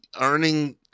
earning